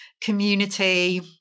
community